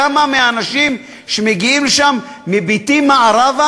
כמה מהאנשים שמגיעים לשם מביטים מערבה